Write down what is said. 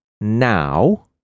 now